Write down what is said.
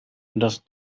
das